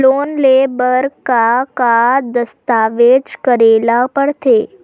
Loan ले बर का का दस्तावेज करेला पड़थे?